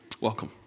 Welcome